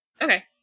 okay